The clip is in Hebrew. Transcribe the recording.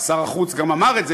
שר החוץ גם אמר את זה,